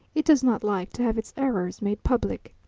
it does not like to have its errors made public.